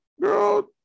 girl